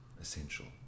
essential